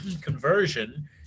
conversion